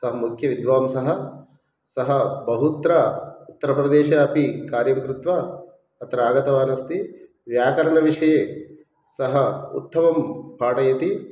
सः मुख्यविद्वांसः सः बहुत्र उत्तरप्रदेशे अपि कार्यं कृत्वा अत्र आगतवान् अस्ति व्याकरणविषये सः उत्तमं पाठयति